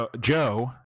Joe